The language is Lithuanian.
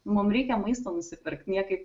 mum reikia maisto nusipirkt niekaip